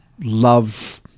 loved